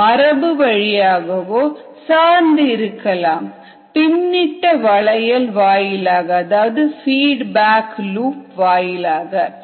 மரபு வழியாகவோ சார்ந்து இருக்கலாம் பின்னிட்ட வளைய வாயிலாக